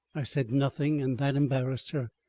i said nothing and that embarrassed her.